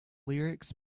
lyrics